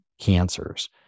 cancers